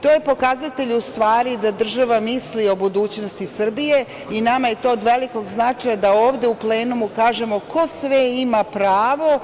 To je pokazatelj, u stvari, da država misli o budućnosti Srbije i nama je to od velikog značaja, da ovde u plenumu kažemo ko sve ima pravo